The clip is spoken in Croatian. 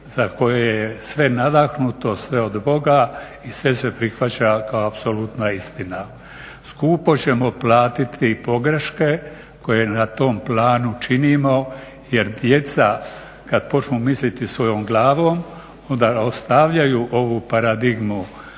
za koje je sve nadahnuto, sve od Boga i sve se prihvaća kao apsolutna istina. Skupo ćemo platiti pogreške koje na tom planu činimo jer djeca kada počnu misliti svojom glavom onda ostavljaju ovu paradigmu